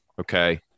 okay